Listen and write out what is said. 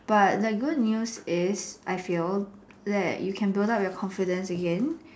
but the good news is I feel that you can build up your confidence again